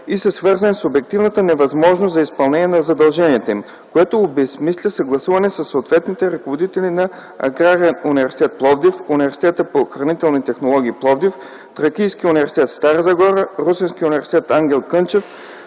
и са свързани с обективната невъзможност за изпълнение на задълженията им, което обезсмисля съгласуване със съответните ръководители на Аграрния университет – Пловдив, Университета по хранителни технологии – Пловдив, Тракийския университет – Стара Загора, Русенския университет „Ангел Кънчев”,